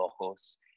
ojos